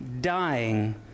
dying